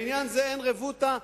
לעניין זה אין רבותא.